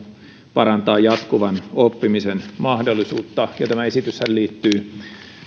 parantaa jatkuvan oppimisen mahdollisuutta tämä esityshän liittyy